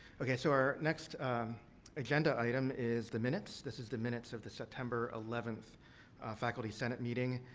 okay. so, our next agenda item is the minutes. this is the minutes of the september eleventh faculty senate meeting.